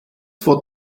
vor